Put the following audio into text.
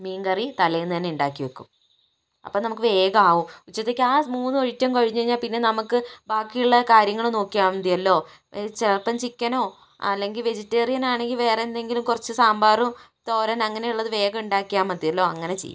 മീൻകറി തലേന്ന് തന്നെ ഉണ്ടാക്കി വെക്കും അപ്പം നമുക്കു വേഗമാകും ഉച്ചത്തേക്ക് ആ മൂന്ന് ഐറ്റം കഴിഞ്ഞു കഴിഞ്ഞാൽ പിന്നെ നമുക്ക് ബാക്കിയുള്ള കാര്യങ്ങൾ നോക്കിയാൽ മതിയല്ലോ ചിലപ്പോൾ ചിക്കനോ അല്ലെങ്കിൽ വെജിറ്റേറിയനാണെങ്കിൽ വേറെന്തെങ്കിലും കുറച്ചു സാമ്പാറും തോരൻ അങ്ങനെയുള്ളത് വേഗം ഉണ്ടാക്കിയാൽ മതിയല്ലോ അങ്ങനെ ചെയ്യും